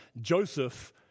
Joseph